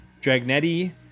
Dragnetti